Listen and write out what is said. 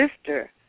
sister